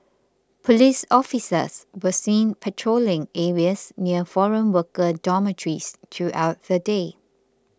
police officers were seen patrolling areas near foreign worker dormitories throughout the day